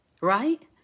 Right